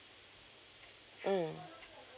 mm